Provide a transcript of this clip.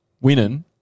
winning